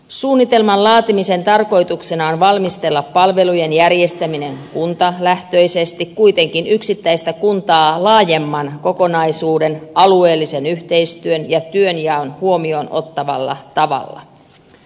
suunnitelman laatimisen tarkoituksena on valmistella palvelujen järjestäminen kuntalähtöisesti kuitenkin yksittäistä kuntaa laajemman kokonaisuuden alueellisen yhteistyön ja työnjaon huomioon ottavalla tavalla